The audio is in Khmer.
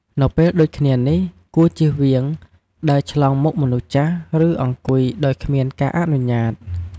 នៅពេលដូចគ្នានេះ គួរជៀសវាងដើរឆ្លងមុខមនុស្សចាស់ ឬ អង្គុយ ដោយគ្មានការអនុញ្ញាត។